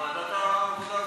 ועדת העבודה והרווחה.